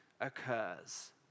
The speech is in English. occurs